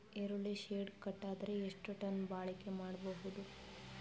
ಈರುಳ್ಳಿ ಶೆಡ್ ಕಟ್ಟಿದರ ಎಷ್ಟು ಟನ್ ಬಾಳಿಕೆ ಮಾಡಬಹುದು?